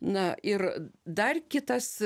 na ir dar kitas